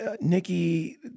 Nikki